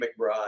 McBride